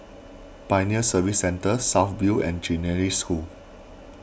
Pioneer Service Centre South View and Genesis School